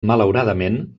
malauradament